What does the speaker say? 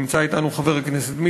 נמצא אתנו חבר הכנסת מצנע,